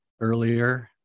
earlier